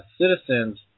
citizens